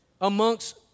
amongst